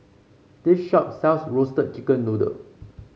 this shop sells Roasted Chicken Noodle